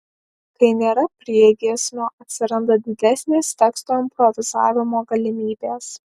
kai nėra priegiesmio atsiranda didesnės teksto improvizavimo galimybės